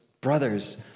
Brothers